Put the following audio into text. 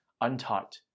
untaught